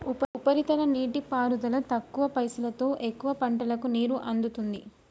ఉపరితల నీటిపారుదల తక్కువ పైసలోతో ఎక్కువ పంటలకు నీరు అందుతుంది